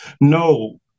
No